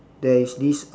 there is this